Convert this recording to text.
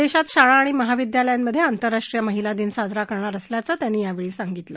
देशात शाळा आणि महाविद्यालयांमधे आंतरराष्ट्रीय महिला दिन साजरा करणार असल्याचं त्यांनी यावेळी सांगितलं